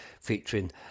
featuring